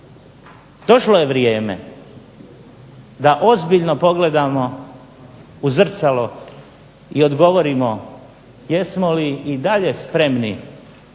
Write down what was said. Došlo je vrijeme da ozbiljno pogledamo u zrcalo i odgovorimo jesmo li i dalje spremni